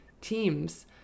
teams